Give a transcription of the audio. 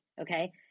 okay